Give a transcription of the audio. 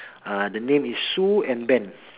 uh the name is sue and ben